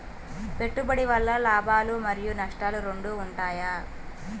పెట్టుబడి వల్ల లాభాలు మరియు నష్టాలు రెండు ఉంటాయా?